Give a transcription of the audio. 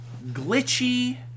glitchy